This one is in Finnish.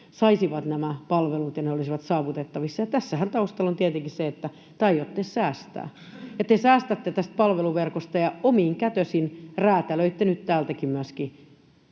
saisivat nämä palvelut ja ne olisivat saavutettavissa. Tässähän taustalla on tietenkin se, että te aiotte säästää. Te säästätte tästä palveluverkosta ja omin kätösin räätälöitte nyt myöskin